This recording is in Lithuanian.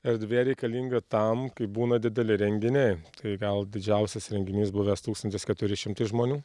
erdvė reikalinga tam kai būna dideli renginiai tai gal didžiausias renginys buvęs tūkstantis keturi šimtai žmonių